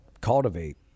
cultivate